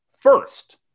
First